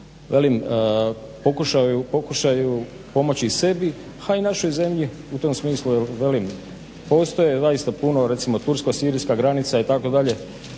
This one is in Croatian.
velim pokušaju pomoći i sebi, a i našoj zemlji u tom smislu, jer velim postoje zaista puno recimo Tursko-sirijska granica itd.